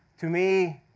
to me,